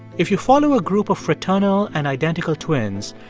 if you follow a group of fraternal and identical twins,